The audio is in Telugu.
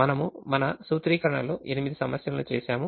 మనము మన సూత్రీకరణ లో ఎనిమిది సమస్యలను చేసాము